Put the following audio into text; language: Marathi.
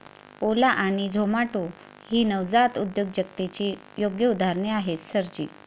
ओला आणि झोमाटो ही नवजात उद्योजकतेची योग्य उदाहरणे आहेत सर जी